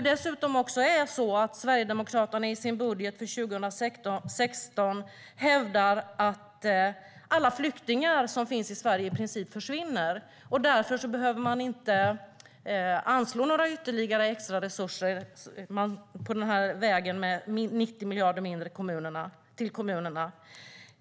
Sverigedemokraterna hävdar dessutom i sin budget för 2016 att alla flyktingar som finns i Sverige i princip försvinner, och därför behöver man inte anslå några ytterligare resurser utan ger 90 miljarder mindre till kommunerna.